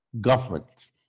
government